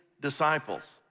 disciples